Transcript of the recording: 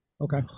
Okay